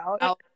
out